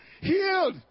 healed